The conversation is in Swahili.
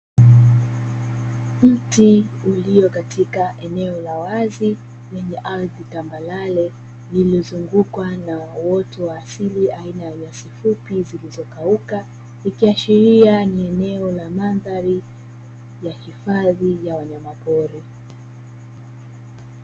Mti ulio katika eneo la wazi lenye ardhi tambarare lililozungukwa na uoto wa asili aina ya nyasi fupi zilizokauka, ikiashiria ni eneo la mandhari ya hifadhi ya wanyamapori.